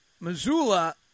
Missoula